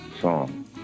song